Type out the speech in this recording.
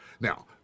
Now